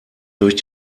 durch